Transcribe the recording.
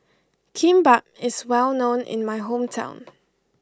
Kimbap is well known in my hometown